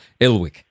Elwick